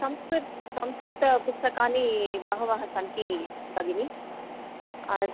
संस्कृत संस्कृतपुस्तकानि बहवः सन्ति भगिनि आश्